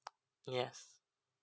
yes